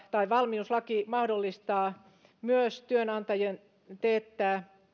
tai valmiuslaki mahdollistaa myös työnantajien teettää